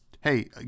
hey